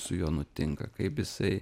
su juo nutinka kaip jisai